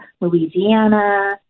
Louisiana